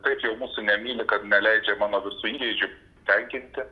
taip jau mūsų nemyli kad neleidžiama mano visų įgeidžių tenkinti